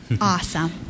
Awesome